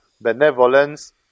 Benevolence